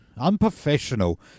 unprofessional